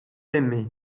aimée